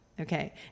okay